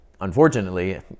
unfortunately